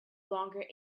longer